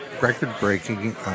record-breaking